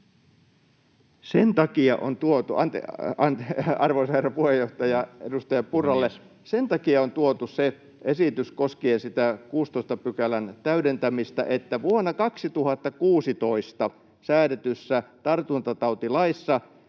Arvoisa herra puheenjohtaja! [Puhemies: Puhemies!] Edustaja Purralle: Sen takia on tuotu se esitys koskien sitä 16 §:n täydentämistä, että vuonna 2016 säädetyssä tartuntatautilaissa